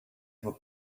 were